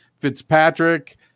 Fitzpatrick